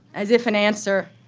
as if an answer,